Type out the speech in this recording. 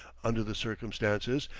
under the circumstances,